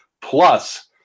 Plus